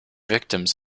victims